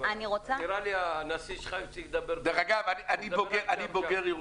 נראה לי שהנשיא שלך הפסיק לדבר --- אני בוגר ירושלים,